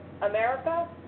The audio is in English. America